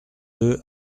deux